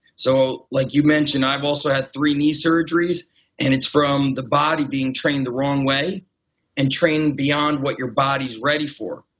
so like you mentioned i've also had three knee surgeries and it's from the body being trained the wrong way and trained beyond what your body is ready for.